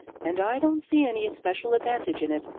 and i don't see any special advantage in it.